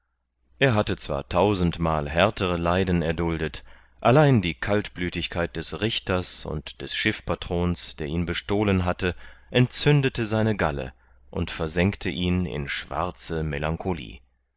er hatte zwar tausendmal härtere leiden erduldet allein die kaltblütigkeit des richters und des schiffpatrons der ihn bestohlen hatte entzündete seine galle und versenkte ihn in schwarze melancholie